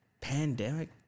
pandemic